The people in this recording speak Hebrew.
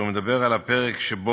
בפרק שמדבר על בקשת